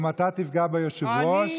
אם אתה תפגע ביושב-ראש,